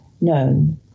known